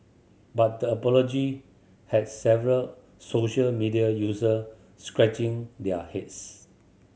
but the apology had several social media user scratching their heads